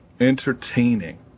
entertaining